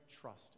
Trust